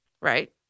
Right